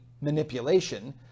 manipulation